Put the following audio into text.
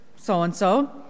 so-and-so